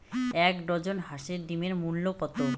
এক ডজন হাঁসের ডিমের মূল্য কত?